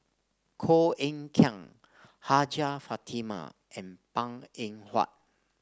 Koh Eng Kian Hajjah Fatimah and Png Eng Huat